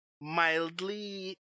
Mildly